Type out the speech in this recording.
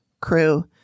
crew